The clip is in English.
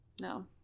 No